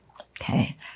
okay